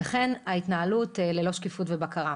וכן את ההתנהלות ללא שקיפות ובקרה.